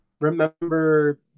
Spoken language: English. remember